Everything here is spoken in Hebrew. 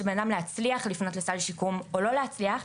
בן אדם להצליח לפנות לסל שיקום או לא להצליח,